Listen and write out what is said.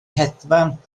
hedfan